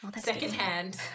secondhand